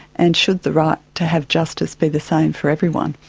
and should the right to have justice be the same for everyone?